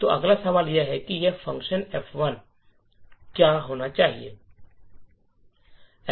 तो अगला सवाल यह है कि यह फ़ंक्शन F1 क्या होना चाहिए